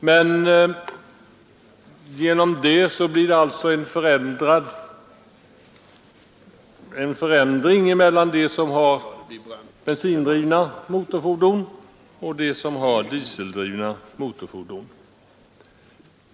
Men därigenom ändrar man alltså förhållandet mellan den som har bensindrivna motorfordon och den som har dieseldrivna motorfordon.